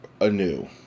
anew